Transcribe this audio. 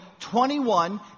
21